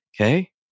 Okay